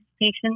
patients